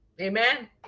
Amen